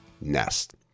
NEST